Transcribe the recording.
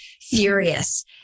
furious